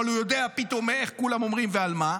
אבל הוא יודע פתאום מה כולם אומרים ועל מה.